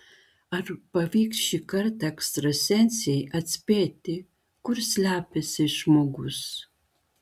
ar pavyks šį kartą ekstrasensei atspėti kur slepiasi žmogus